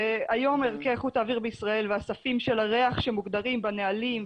היום ערכי איכות האוויר בישראל והספים של הריח שמוגדרים בנהלים,